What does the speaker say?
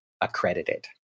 accredited